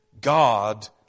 God